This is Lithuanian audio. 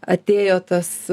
atėjo tas